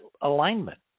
alignment